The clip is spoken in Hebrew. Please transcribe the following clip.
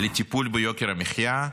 לטיפול ביוקר המחיה,